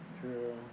True